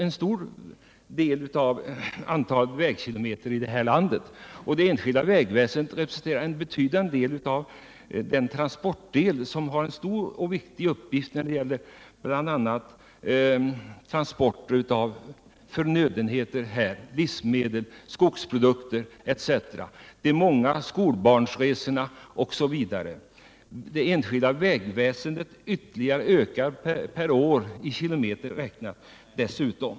Det enskilda vägnätet innehåller en stor del av antalet vägkilometrar i det här landet, och det representerar en betydande del av det transportnät som har en stor och viktig uppgift bl.a. när det gäller transporter av förnödenheter: livsmedel, skogsprodukter osv. Därtill kommer de många skolbarnsresorna etc. Det enskilda vägnätet ökar dessutom årligen i kilometer räknat.